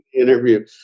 interview